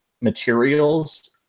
materials